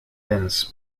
dense